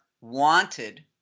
wanted